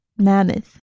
Mammoth